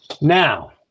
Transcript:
Now